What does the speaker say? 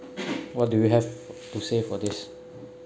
what do we have to say for this